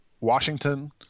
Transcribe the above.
Washington